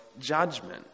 judgment